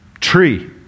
tree